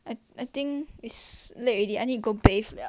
anyway I I think it's late already I need to go bathe liao